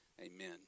amen